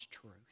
truth